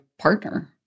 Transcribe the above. partner